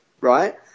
right